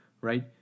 right